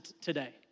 today